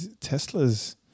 Tesla's